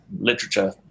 literature